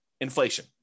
Inflation